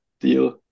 deal